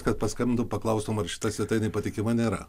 kad paskambintum paklaustum ar šita svetianė patikima nėra